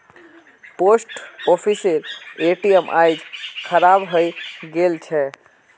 post ऑफिसेर ATM आइज खराब हइ गेल छ